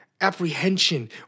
apprehension